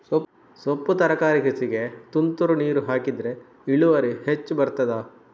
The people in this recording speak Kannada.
ಸೊಪ್ಪು ತರಕಾರಿ ಕೃಷಿಗೆ ತುಂತುರು ನೀರು ಹಾಕಿದ್ರೆ ಇಳುವರಿ ಹೆಚ್ಚು ಬರ್ತದ?